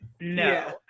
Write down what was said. No